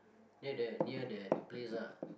near that near that place ah